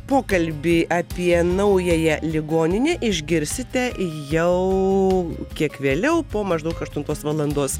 pokalbį apie naująją ligoninę išgirsite jau kiek vėliau po maždaug aštuntos valandos